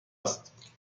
است